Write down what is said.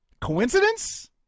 coincidence